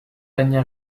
tania